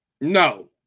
no